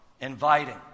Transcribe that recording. inviting